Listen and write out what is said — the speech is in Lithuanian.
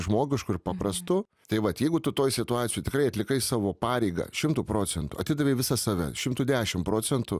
žmogišku ir paprastu tai vat jeigu tu toj situacijoj tikrai atlikai savo pareigą šimtu procentų atidavei visą save šimtu dešim procentų